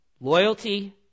Loyalty